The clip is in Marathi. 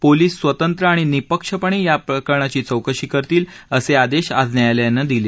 पोलिस स्वतंत्र आणि निपक्षपणे या प्रकरणाची चौकशी करतील असे आदेश आज न्यायालयानं दिले